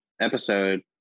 episode